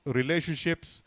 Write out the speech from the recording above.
relationships